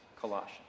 Colossians